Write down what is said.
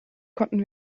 konnten